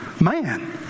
man